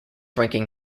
ranking